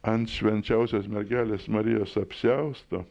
ant švenčiausios mergelės marijos apsiausto